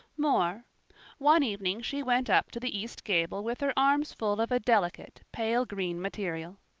more one evening she went up to the east gable with her arms full of a delicate pale green material.